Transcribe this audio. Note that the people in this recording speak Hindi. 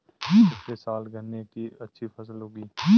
पिछले साल गन्ने की अच्छी फसल उगी